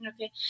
Okay